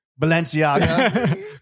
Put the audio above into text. Balenciaga